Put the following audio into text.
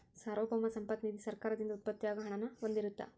ಸಾರ್ವಭೌಮ ಸಂಪತ್ತ ನಿಧಿ ಸರ್ಕಾರದಿಂದ ಉತ್ಪತ್ತಿ ಆಗೋ ಹಣನ ಹೊಂದಿರತ್ತ